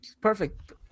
perfect